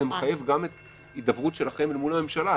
זה מחייב גם הידברות שלכם אל מול הממשלה,